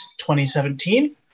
2017